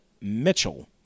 Mitchell